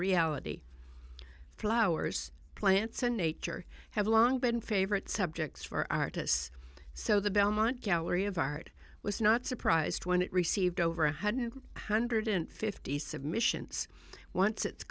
reality flowers plants in nature have long been favorite subjects for artists so the belmont gallery of art was not surprised when it received over a hadn't hundred fifty submissions once it